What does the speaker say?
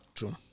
True